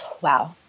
Wow